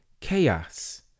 chaos